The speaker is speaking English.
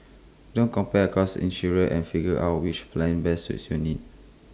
don't compare across insurers and figure out which plan best suits your needs